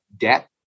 debt